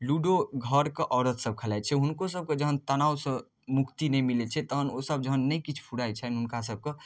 ludo घरके औरत सब खेलाइ छै हुनको सबके जहन तनाब सऽ मुक्ति नहि मिलै छै तहन ओसब जखन नहि किछु फुराइ छनि हुनका सबके